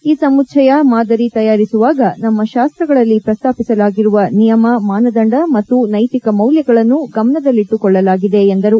ಈ ಸಮುಚ್ದಯ ಮಾದರಿ ತಯಾರಿಸುವಾಗ ನಮ್ಮ ಶಾಸ್ತಗಳಲ್ಲಿ ಪ್ರಸ್ತಾಪಿಸಲಾಗಿರುವ ನಿಯಮ ಮಾನದಂಡ ಮತ್ತು ನೈತಿಕ ಮೌಲ್ಯಗಳನ್ನು ಗಮನದಲ್ಲಿಟ್ಟುಕೊಳ್ಳಲಾಗಿದೆ ಎಂದರು